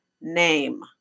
name